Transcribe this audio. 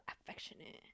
affectionate